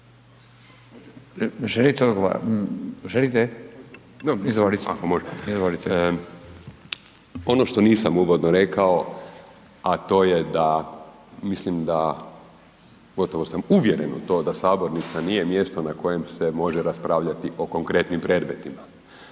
Ono što nisam uvodno rekao, a to je da mislim da gotovo sam uvjeren u to da sabornica nije mjesto na kojem se može raspravljati o konkretnim predmetima.